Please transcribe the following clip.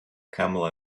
camel